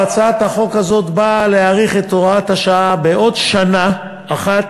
והצעת החוק הזאת באה להאריך את הוראת השעה בעוד שנה אחת,